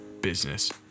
business